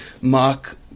Mark